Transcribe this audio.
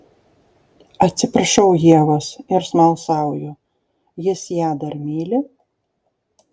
atsiprašau ievos ir smalsauju jis ją dar myli